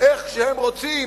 איך כשהם רוצים,